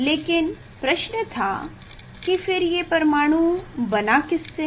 लेकिन प्रश्न था कि फिर ये परमाणु बना किससे है